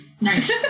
nice